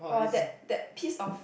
!wah! that that piece of